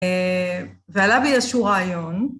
ועלה בי איזשהו רעיון.